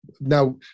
Now